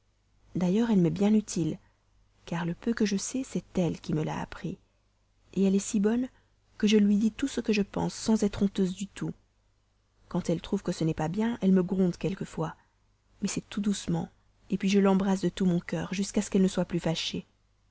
d'ailleurs elle m'est bien utile car le peu que je sais c'est elle qui me l'a appris elle est si bonne que je lui dis tout ce que je pense sans être honteuse du tout quand elle trouve que cela n'est pas bien elle me gronde quelquefois mais c'est tout doucement puis je l'embrasse de tout mon cœur jusqu'à ce qu'elle ne soit plus fâchée